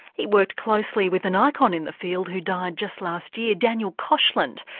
he worked closely with an icon in the field who died just last year, daniel koshland,